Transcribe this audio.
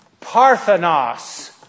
Parthenos